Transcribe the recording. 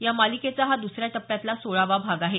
या मालिकेचा हा द्सऱ्या टप्प्यातला सोळावा भाग आहे